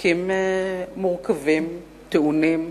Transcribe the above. חוקים מורכבים, טעונים,